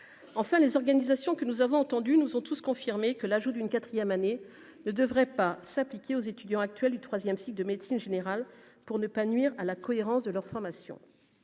Enfin, les organisations que nous avons entendu nous ont tous confirmé que l'ajout d'une 4ème année ne devraient pas s'appliquer aux étudiants actuels du 3ème cycle de médecine générale pour ne pas nuire à la cohérence de leur formation,